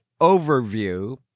overview